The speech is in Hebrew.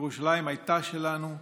ירושלים הייתה שלנו,